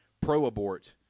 pro-abort